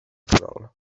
canal